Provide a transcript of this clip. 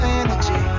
energy